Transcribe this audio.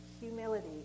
humility